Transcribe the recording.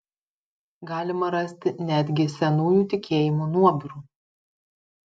galima rasti netgi senųjų tikėjimų nuobirų